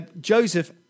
Joseph